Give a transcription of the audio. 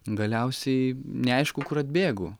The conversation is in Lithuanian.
galiausiai neaišku kur atbėgu